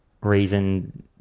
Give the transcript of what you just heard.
reason